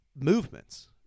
movements